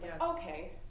okay